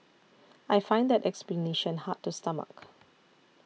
I find that explanation hard to stomach